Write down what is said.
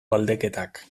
galdeketak